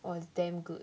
!wah! it's damn good